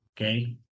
Okay